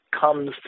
comes